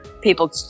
people